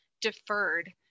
deferred